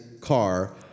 car